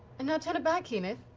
and now turn it back, keyleth.